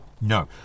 no